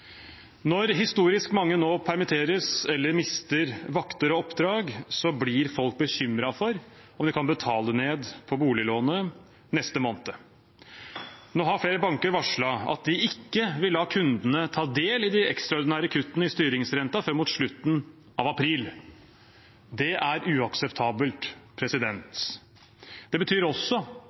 Når historisk mange nå permitteres eller mister vakter og oppdrag, blir folk bekymret for om de kan betale ned på boliglånet neste måned. Nå har flere banker varslet at de ikke vil la kundene ta del i de ekstraordinære kuttene i styringsrenten før mot slutten av april. Det er uakseptabelt. Det betyr også